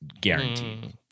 Guaranteed